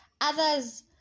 Others